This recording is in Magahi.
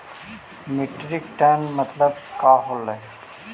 मीट्रिक टन मतलब का होव हइ?